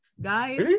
guys